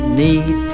need